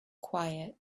quiet